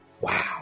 Wow